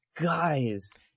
guys